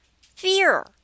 fear